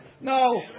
No